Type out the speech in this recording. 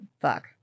fuck